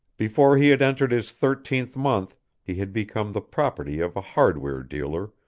before he had entered his thirteenth month he had become the property of a hardware-dealer,